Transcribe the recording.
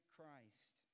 Christ